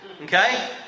Okay